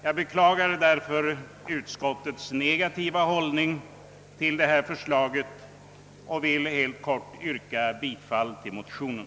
Jag beklagar därför utskottets negativa hållning till detta förslag och vill yrka bifall till motionen.